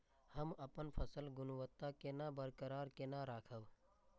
हम अपन फसल गुणवत्ता केना बरकरार केना राखब?